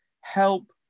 help